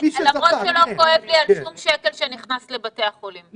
למרות שלא כואב לי על שום שקל שנכנס לבתי החולים.